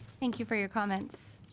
thank you for your comments